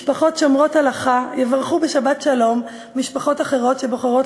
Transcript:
משפחות שומרות הלכה יברכו ב"שבת שלום" משפחות אחרות שבוחרות